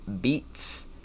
Beats